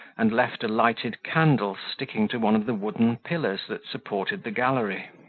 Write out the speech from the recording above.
and left a lighted candle sticking to one of the wooden pillars that supported the gallery.